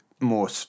more